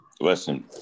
listen